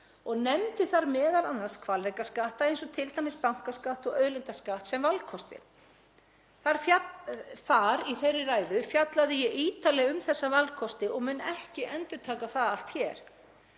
Ég nefndi þar m.a. hvalrekaskatta eins og t.d. bankaskatt og auðlindaskatt sem valkosti. Í þeirri ræðu fjallaði ég ítarlega um þessa valkosti og mun ekki endurtaka það allt hér